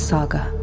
Saga